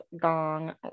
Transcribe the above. gong